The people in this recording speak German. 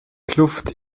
kluft